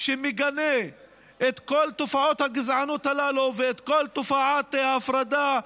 שמגנה את כל תופעות הגזענות הללו ואת כל תופעת ההפרדה,